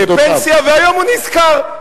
לפנסיה, והיום הוא נזכר,